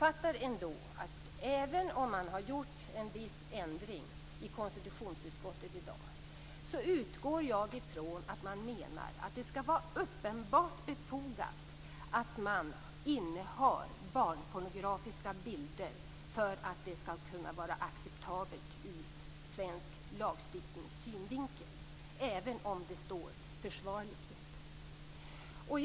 Även om konstitutionsutskottet i dag har gjort en viss ändring och talar om att en gärning skall vara "försvarlig" utgår jag från att man menar att ett innehav av barnpornografiska bilder skall vara uppenbart befogat för att det skall kunna vara acceptabelt ur svensk lagstiftnings synvinkel.